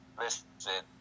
listen